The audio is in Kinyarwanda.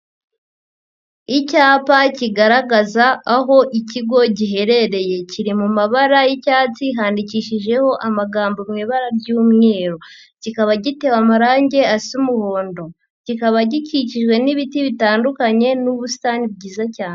Icyapa kigaragaza aho ikigo giherereye, kiri mu mabara y'icyatsi handikishijeho amagambo mu ibara ry'umweru, kikaba gitewe amarangi asa umuhondo, kikaba gikikijwe n'ibiti bitandukanye n'ubusitani bwiza cyane.